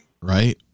Right